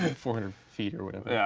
and four hundred feet or whatever. yeah